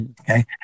okay